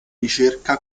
ricerca